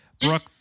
Brooke